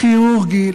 הכירורגי,